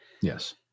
Yes